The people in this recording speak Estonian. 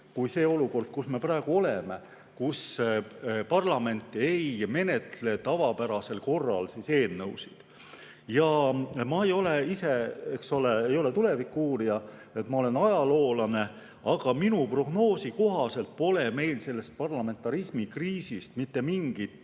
on, see olukord, kus me praegu oleme, kus parlament ei menetle tavapärases korras eelnõusid. Ma ei ole ise, eks ole, tuleviku-uurija, ma olen ajaloolane, aga minu prognoosi kohaselt pole meil sellest parlamentarismi kriisist mitte mingit